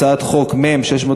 הצעות חוק מ/649,